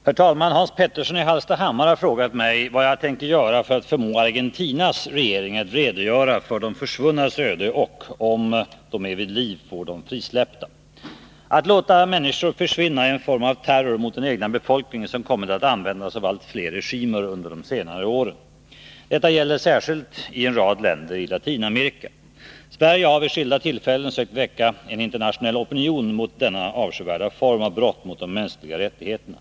Herr talman! Hans Petersson i Hallstahammar har frågat mig vad jag tänker göra för att förmå Argentinas regering att redogöra för de ”försvunnas” öde, och — om de är vid liv — få dem frisläppta. Att låta människor försvinna är en form av terror mot den egna befolkningen som kommit att användas av allt fler regimer under de senaste åren. Detta gäller särskilt i en rad länder i Latinamerika. Sverige har vid skilda tillfällen sökt väcka en internationell opinion mot denna avskyvärda form av brott mot de mänskliga rättigheterna.